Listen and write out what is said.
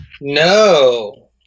No